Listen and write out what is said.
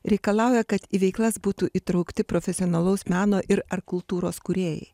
reikalauja kad į veiklas būtų įtraukti profesionalaus meno ir ar kultūros kūrėjai